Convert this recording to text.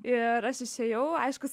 ir aš išėjau aišku